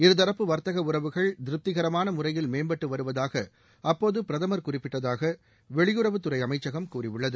இருதரப்பு வர்த்தக உறவுகள் திருப்திகரமான முறையில் மேம்பட்டு வருவதாக அப்போது பிரதமர் குறிப்பிட்டதாக வெளியுறவுத் துறை அமைச்சம் கூறியுள்ளது